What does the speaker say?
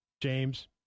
James